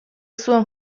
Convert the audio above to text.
zuen